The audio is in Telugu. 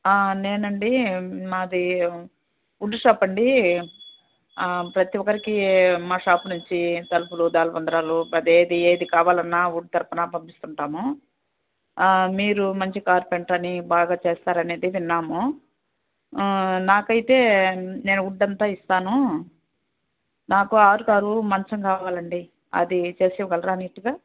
నేనండి మాది వుడ్డు షాప్ అండి ప్రతి ఒక్కరికి మా షాప్ నుంచి తలుపులు ద్వారాబంధాలు అదేది ఏది కావాలన్నా వుడ్ తరపున పంపిస్తుంటాము మీరు మంచి కార్పెంటర్ అని బాగా చేస్తారని విన్నాము నాకైతే నేను వుడ్ అంతా ఇస్తాను నాకు ఆరుకారు మంచం కావాలండి అది చేసివ్వగలరా నీట్గా